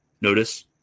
notice